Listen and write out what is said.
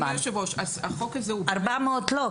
400 לא,